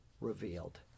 Revealed